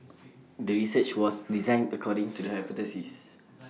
the research was designed according to the hypothesis